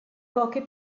poche